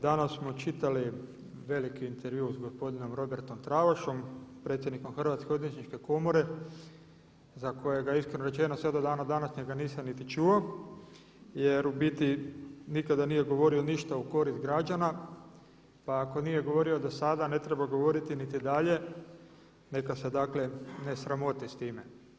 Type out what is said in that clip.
Danas smo čitali veliki intervju s gospodinom Robertom Travašom predsjednikom Hrvatske odvjetničke komore za kojega iskreno rečeno sve do dana današnjega nisam niti čuo jer u biti nikada nije govorio ništa u korist građana, pa ako nije govorio do sada ne treba govoriti niti dalje, neka se ne sramoti s time.